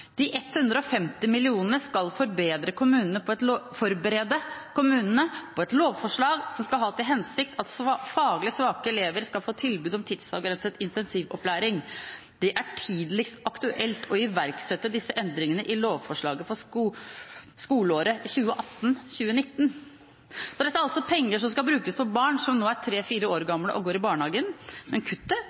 forberede kommunene på et lovforslag som skal ha til hensikt at faglig svake elever skal få tilbud om tidsavgrenset intensivopplæring, men at det tidligst er aktuelt å iverksette disse endringene i lovforslaget fra skoleåret 2018–2019. Dette er altså penger som skal brukes på barn som nå er tre–fire år gamle og går i barnehagen. Men kuttet